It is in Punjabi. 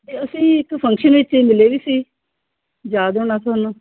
ਅਤੇ ਅਸੀਂ ਇੱਕ ਫੰਕਸ਼ਨ ਵਿੱਚ ਮਿਲੇ ਵੀ ਸੀ ਯਾਦ ਹੋਣਾ ਤੁਹਾਨੂੰ